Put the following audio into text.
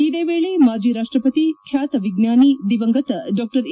ಇದೇ ವೇಳೆ ಮಾಜಿ ರಾಷ್ಟಪತಿ ಬ್ಯಾತ ವಿಜ್ಞಾನಿ ದಿವಂಗತ ಡಾ ಎ